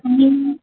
मी